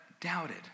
doubted